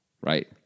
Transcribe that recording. right